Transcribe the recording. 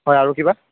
হয় আৰু কিবা